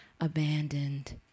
abandoned